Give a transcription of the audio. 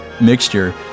Mixture